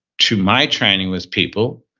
to my training with people.